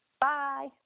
Bye